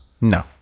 No